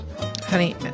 Honey